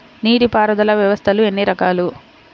నీటిపారుదల వ్యవస్థలు ఎన్ని రకాలు?